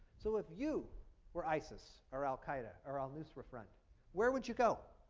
so if you were isis or al qaeda or al-nusra front where would you go?